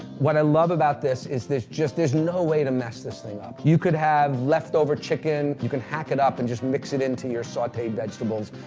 what i love about this is there's just there's no way to mess this thing up. you could have leftover chicken. you can hack it up and just mix it into your sauteed vegetables.